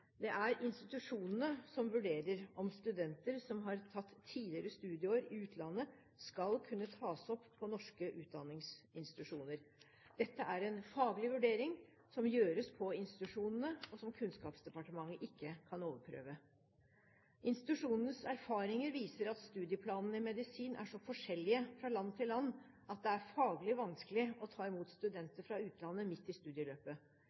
Det er institusjonene som vurderer om studenter som har tatt tidligere studieår i utlandet, skal kunne tas opp på norske utdanningsinstitusjoner. Dette er en faglig vurdering som gjøres på institusjonene, og som Kunnskapsdepartementet ikke kan overprøve. Institusjonenes erfaringer viser at studieplanene i medisin er så forskjellige fra land til land at det er faglig vanskelig å ta imot studenter fra utlandet midt i studieløpet.